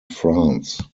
france